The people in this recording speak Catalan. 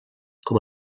com